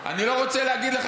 אני לא רוצה להגיד לך.